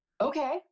Okay